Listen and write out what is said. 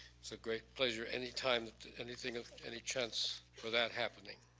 it's a great pleasure anytime that anything of any chance for that happening.